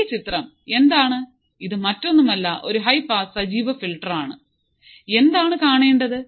ഈ ചിത്രം എന്താണ് ഇത് മറ്റൊന്നും അല്ല ഒരു ഹൈ പാസ് സജീവ ഫിൽട്ടർ ആണ് എന്താന്ന് കാണേണ്ടത്